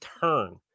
turn